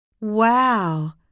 Wow